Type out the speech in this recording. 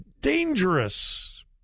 dangerous